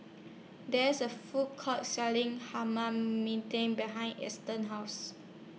There IS A Food Court Selling behind Eston's House